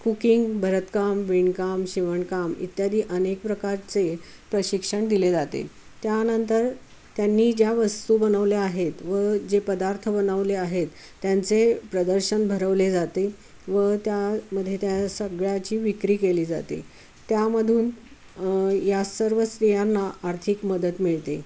cooking भरतकाम विणकाम शिवणकाम इत्यादी अनेक प्रकारचे प्रशिक्षण दिले जाते त्यानंतर त्यांनी ज्या वस्तू बनवल्या आहेत व जे पदार्थ बनवले आहेत त्यांचे प्रदर्शन भरवले जाते व त्यामध्ये त्या सगळ्याची विक्री केली जाते त्यामधून या सर्व स्त्रियांना आर्थिक मदत मिळते